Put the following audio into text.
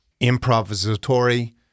improvisatory